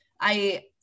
I-